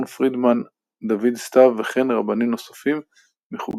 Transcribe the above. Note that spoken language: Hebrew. רבנות העיר